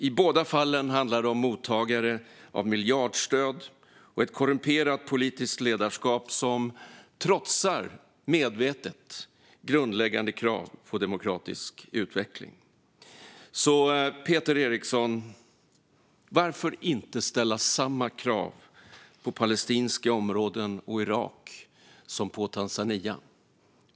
I båda fallen handlar det om mottagare av miljardstöd och ett korrumperat politiskt ledarskap som medvetet trotsar grundläggande krav på demokratisk utveckling. Så, Peter Eriksson - varför inte ställa samma krav på palestinska områden och Irak som på Tanzania?